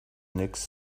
next